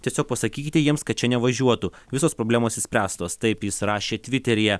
tiesiog pasakykite jiems kad čia nevažiuotų visos problemos išspręstos taip jis rašė tviteryje